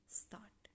start